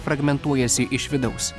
fragmentuojasi iš vidaus